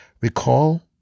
recall